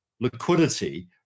liquidity